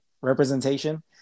representation